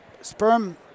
sperm